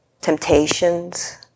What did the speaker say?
temptations